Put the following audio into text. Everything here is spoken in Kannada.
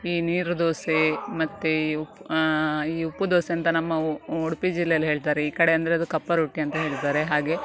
ಈ ನೀರು ದೋಸೆ ಮತ್ತು ಉಪ್ಪು ಈ ಉಪ್ಪು ದೋಸೆ ಅಂತ ನಮ್ಮ ಉಡುಪಿ ಜಿಲ್ಲೆಯಲ್ಲಿ ಹೇಳ್ತಾರೆ ಈ ಕಡೆ ಅಂದರೆ ಅದು ಕಪ್ಪ ರೊಟ್ಟಿ ಅಂತ ಹೇಳ್ತಾರೆ ಹಾಗೇ